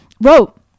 wrote